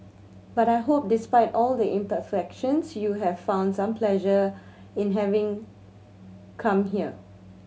but I hope despite all the imperfections you have found some pleasure in having come here